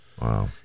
Wow